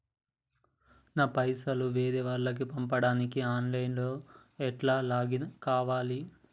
నా పైసల్ వేరే వాళ్లకి పంపడానికి ఆన్ లైన్ లా ఎట్ల లాగిన్ కావాలి?